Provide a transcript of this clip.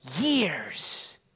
years